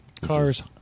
Cars